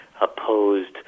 opposed